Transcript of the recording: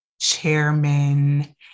chairman